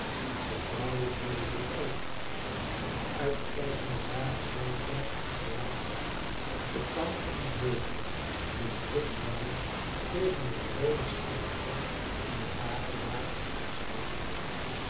de vrouwen hoorden dit ook en uitkijkende zagen zij ver achterwaarts op den kam van een heuvel een troep mannen tegen het roode schijnsel van den dageraad afstekende